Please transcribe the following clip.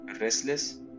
restless